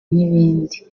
nibindi